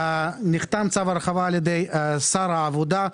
נחתם צו הרחבה על ידי שר העבודה,